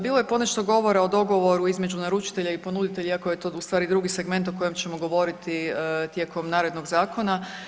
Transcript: Bilo je ponešto govora o dogovoru između naručitelja i ponuditelja iako je to u stvari drugi segment o kojem ćemo govoriti tijekom narednog zakona.